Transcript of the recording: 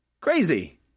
Crazy